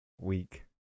week